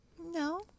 No